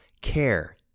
care